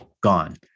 gone